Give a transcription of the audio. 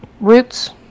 roots